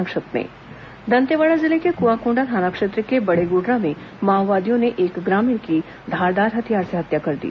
संक्षिप्त समाचार दंतेवाड़ा जिले के क्आकोंडा थाना क्षेत्र के बड़ेग्डरा में माओवादियों ने एक ग्रामीण की धारदार हथियार से हत्या कर दी